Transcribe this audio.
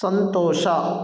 ಸಂತೋಷ